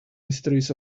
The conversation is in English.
mysteries